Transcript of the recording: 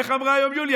איך אמרה היום יוליה?